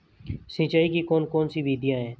सिंचाई की कौन कौन सी विधियां हैं?